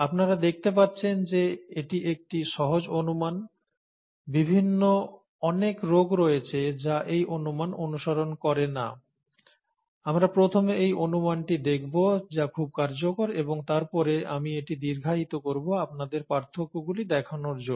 আপনারা দেখতে পাচ্ছেন যে এটি একটি সহজ অনুমান বিভিন্ন অনেক রোগ রয়েছে যা এই অনুমান অনুসরণ করে না আমরা প্রথমে এই অনুমানটি দেখব যা খুব কার্যকর এবং তারপর আমি এটি দীর্ঘায়িত করব আপনাদের পার্থক্যগুলি দেখানোর জন্য